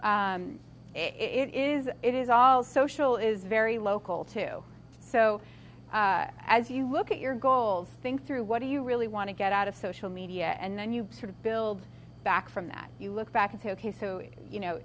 it is it is all social is very local too so as you look at your goals think through what do you really want to get out of social media and then you sort of build back from that you look back and say ok so you know